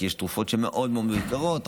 כי יש תרופות מאוד מאוד יקרות,